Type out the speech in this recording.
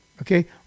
okay